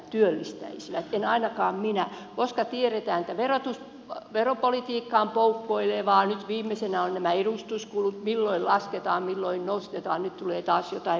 en ainakaan minä koska tiedetään että veropolitiikka on poukkoilevaa nyt viimeisenä ovat nämä edustuskulut milloin lasketaan milloin nostetaan nyt tulee taas jotain parannusta